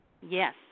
Yes